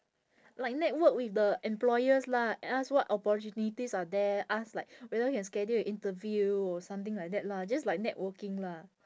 like network with the employers lah ask what opportunities are there ask like whether can schedule an interview or something like that lah just like networking lah